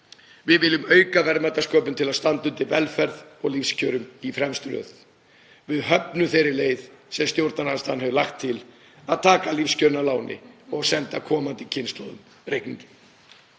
Við viljum auka verðmætasköpun til að standa undir velferð og lífskjörum í fremstu röð. Við höfnum þeirri leið sem stjórnarandstaðan hefur lagt til, að taka lífskjörin að láni og senda komandi kynslóðum reikninginn.